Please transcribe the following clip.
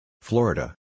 Florida